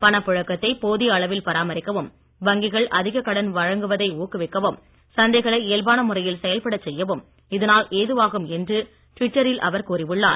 பணப் புழக்கத்தை போதிய அளவில் பராமரிக்கவும் வங்கிகள் அதிக கடன் வழங்குவதை ஊக்குவிக்கவும் சந்தைகளை இயல்பான முறையில் செயல்படச் செய்யவும் இதனால் ஏதுவாகும் என்று டுவிட்டரில் அவர் கூறி உள்ளார்